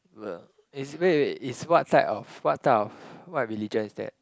is wait wait is what type of what type of what religion is that